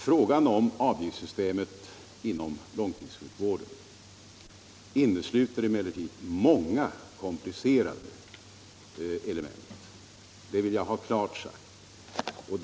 Frågan om ett avgiftssystem inom långtidssjukvården innesluter emellertid många komplicerade element. Det vill jag ha klart sagt.